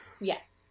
Yes